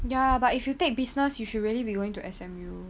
ya but if you take business you should really be going to S_M_U